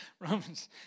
Romans